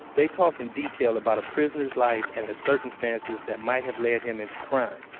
they talk in detail about a prisoner's life and the circumstances that might have led him into crime.